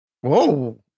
Whoa